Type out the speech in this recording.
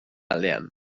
aldean